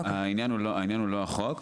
העניין הוא לא החוק.